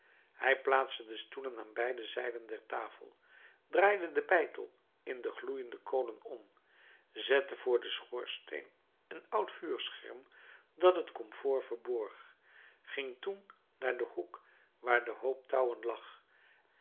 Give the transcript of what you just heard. hij plaatste de stoelen aan beide zijden der tafel draaide den beitel in de gloeiende kolen om zette voor den schoorsteen een oud vuurscherm dat het komfoor verborg ging toen naar den hoek waar de hoop touwen lag